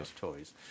toys